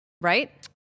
right